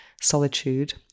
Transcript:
solitude